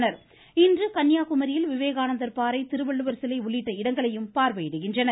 இவர்கள் இன்று கன்னியாகுமரியில் விவேகானந்தர் பாறை திருவள்ளுவர் சிலை உள்ளிட்ட இடங்களை பார்வையிடுகின்றனர்